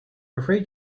afraid